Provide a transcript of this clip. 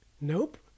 Nope